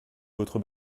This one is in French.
votre